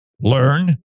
Learn